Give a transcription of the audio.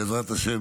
בעזרת השם,